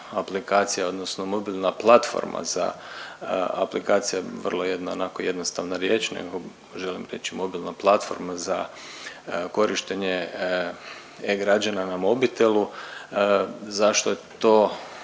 aplikacija odnosno mobilna platforma za, aplikacija je vrlo jedna onako jednostavna riječ nego želim reći mobilna platforma za korištenje e-građana na mobitelu. Zašto je to